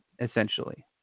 essentially